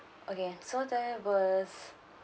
okay so there was